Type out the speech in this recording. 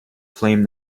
flame